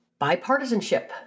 bipartisanship